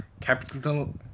capital